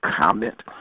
comment